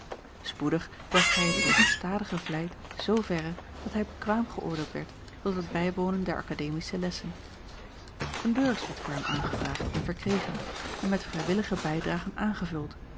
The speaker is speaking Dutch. spoedig bracht hij het door gestadige vlijt zooverre dat hij bekwaam geöordeeld werd tot het bijwonen der akademische lessen een beurs werd voor hem aangevraagd en verkregen en met vrijwillige bijdragen aangevuld